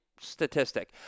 statistic